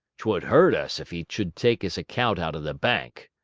t would hurt us if he should take his account out of the bank.